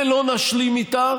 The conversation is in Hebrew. ולא נשלים איתה,